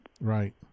Right